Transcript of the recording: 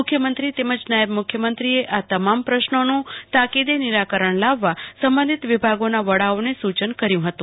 મુખ્યમંત્રી તેમજ નાયબ મુખ્યમંત્રી એ આ તમામ પ્રશ્નોનું તાકીદે નિરાકરણ લાવવા સંબંધિત વિભાગોના વડાઓને સુયન કર્યું હતું